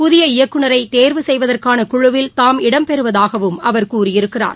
புதிய இயக்குநரை தேர்வு செய்வதற்கான குழுவில் தாம் இடம்பெறுவதாகவும ்அவர் கூறியிருக்கிறார்